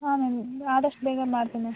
ಹಾಂ ಮ್ಯಾಮ್ ನಿಮ್ಗೆ ಆದಷ್ಟು ಬೇಗ ಮಾಡ್ತೀನಿ